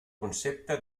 concepte